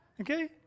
Okay